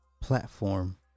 platform